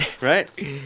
Right